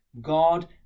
God